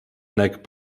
nek